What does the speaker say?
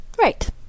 Right